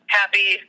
happy